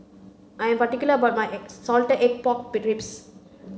I am particular about my salted egg pork ribs